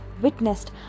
witnessed